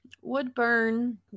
Woodburn